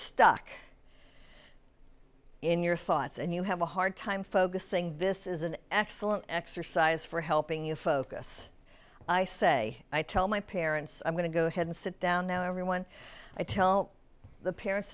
stuck in your thoughts and you have a hard time focusing this is an excellent exercise for helping you focus i say i tell my parents i'm going to go ahead and sit down now everyone i tell the parents